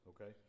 okay